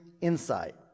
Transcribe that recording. insight